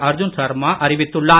அர்ஜுன் சர்மா அறிவித்துள்ளார்